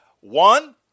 One